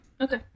Okay